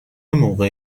موقع